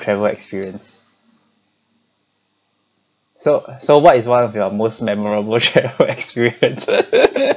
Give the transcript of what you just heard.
travel experience so so what is one of your most memorable travel experience